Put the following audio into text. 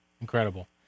incredible